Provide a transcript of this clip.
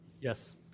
Yes